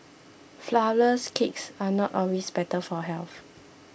Flourless Cakes are not always better for health